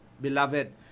Beloved